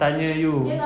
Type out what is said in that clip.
tanya you